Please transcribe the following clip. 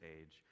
age